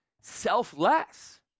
selfless